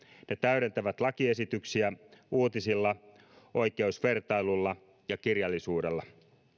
ne täydentävät lakiesityksiä uutisilla oikeusvertailulla ja kirjallisuudella